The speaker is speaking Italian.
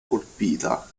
colpita